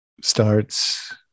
starts